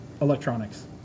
electronics